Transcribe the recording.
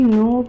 no